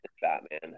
batman